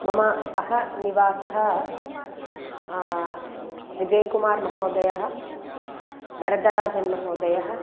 मम सह निवासः विजयकुमारमहोदयः वरदराजन्महोदयः